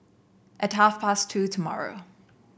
at half past two tomorrow